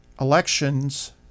elections